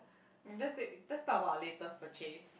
and just said let's talk about latest purchase